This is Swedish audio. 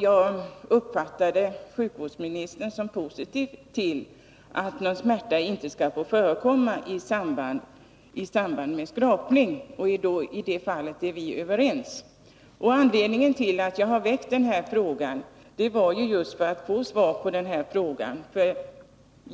Jag uppfattar det så att sjukvårdsministern är positiv till att någon smärta inte skall få förekomma i samband med skrapning. I det fallet är vi överens. Anledningen till att jag väckte den här frågan var just att jag ville få klarhet härvidlag.